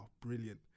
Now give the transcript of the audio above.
brilliant